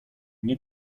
nie